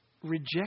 Reject